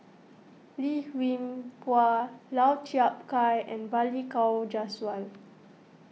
Lim Hwee Hua Lau Chiap Khai and Balli Kaur Jaswal